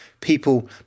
People